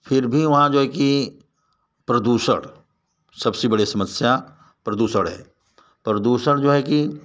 फिर भी वहाँ जो है कि प्रदूषण सबसे बड़ी समस्या प्रदूषण है प्रदूषण जो है कि